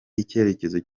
icyerekezo